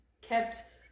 kept